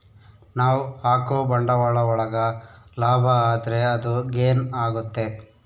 ನಾವ್ ಹಾಕೋ ಬಂಡವಾಳ ಒಳಗ ಲಾಭ ಆದ್ರೆ ಅದು ಗೇನ್ ಆಗುತ್ತೆ